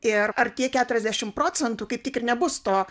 ir ar tie keturiasdešim procentų kaip tik ir nebus to